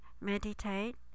meditate